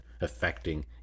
affecting